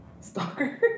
Stalker